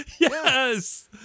Yes